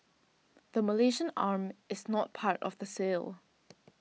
the Malaysian arm is not part of the sale